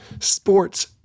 sports